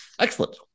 Excellent